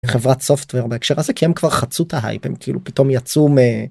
חברת סופטבר בהקשר הזה כי הם כבר חצו את ההייפים כאילו פתאום יצאו מ...